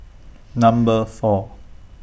Number four